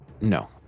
No